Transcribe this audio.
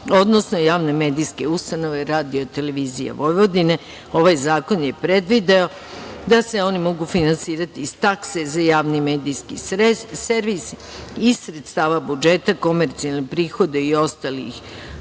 odnosno javne medijske ustanove RTV.Ovaj zakon je predvideo da se oni mogu finansirati iz takse za Javni medijski servis, iz sredstava budžeta, komercijalnih prihoda i ostalih